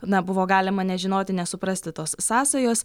na buvo galima nežinoti nesuprasti tos sąsajos